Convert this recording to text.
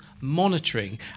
monitoring